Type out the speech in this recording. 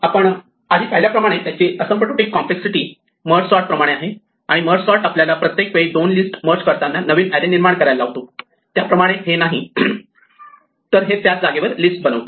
आपण आधी पाहिल्याप्रमाणे याची असिम्प्तोटिक कॉम्प्लेक्सिटी मर्ज सॉर्ट प्रमाणेच आहे आणि मर्ज सॉर्ट आपल्याला प्रत्येक वेळी दोन लिस्ट मर्ज करताना नवीन एरे निर्माण करायला लावतो त्याप्रमाणे हे नाही तर हे त्याच जागेवर लिस्ट बनवते